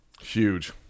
Huge